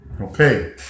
Okay